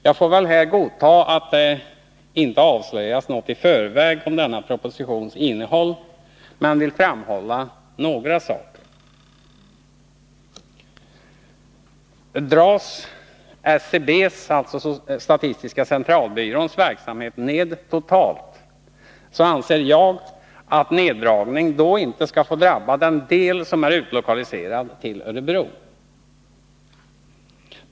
Jag får väl godta att det inte avslöjas något i förväg om denna propositions innehåll men vill framhålla några saker. Dras SCB:s verksamhet ned totalt, anser jag att neddragningen inte skall få drabba den del som är utlokaliserad till Örebro.